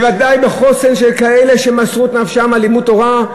בוודאי בחוסן של כאלה שמסרו את נפשם על לימוד תורה.